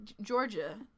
Georgia